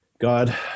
God